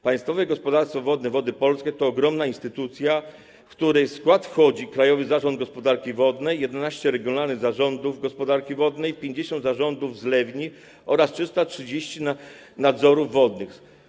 Państwowe Gospodarstwo Wodne Wody Polskie to ogromna instytucja, w której skład wchodzą: Krajowy Zarząd Gospodarki Wodnej, 11 regionalnych zarządów gospodarki wodnej, 50 zarządów zlewni oraz 330 nadzorów wodnych.